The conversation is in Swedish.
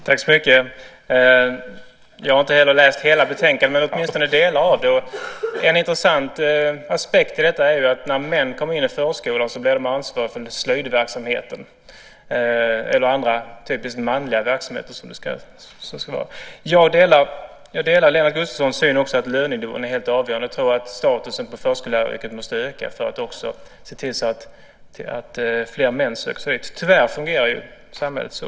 Fru talman! Jag har inte heller läst hela betänkandet men åtminstone delar av det. En intressant aspekt i detta är att när män kommer in i förskolan blir de ansvariga för slöjdverksamheten eller andra typiskt manliga verksamheter som finns. Jag delar Lennart Gustavssons syn att lönenivån är helt avgörande. Jag tror att statusen hos förskolläraryrket måste öka för att också fler män ska söka sig dit. Tyvärr fungerar samhället så.